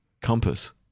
compass